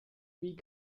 wie